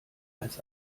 als